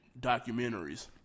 documentaries